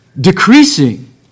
decreasing